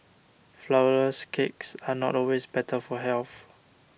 Flourless Cakes are not always better for health